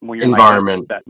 environment